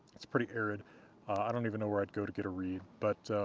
it's pretty arid i don't even know where i'd go to get a reed, but,